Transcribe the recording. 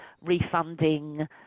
refunding